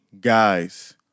guys